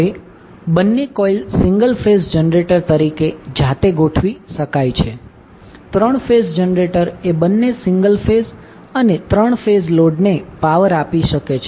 હવે બંને coil single phase generator તરીકે જાતે ગોઠવી શકાય છે 3 ફેઝ જનરેટર એ બંને સિંગલ ફેઝ અને 3 ફેઝ લોડ ને પાવર આપી શકે છે